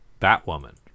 Batwoman